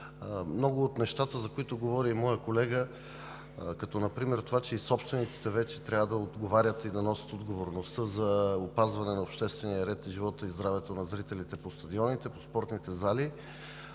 Много от нещата, за които говори моят колега, като например това, че и собствениците вече трябва да отговарят и да носят отговорността за опазване на обществения ред, живота и здравето на зрителите по стадионите, по спортните зали,